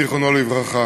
זיכרונו לברכה.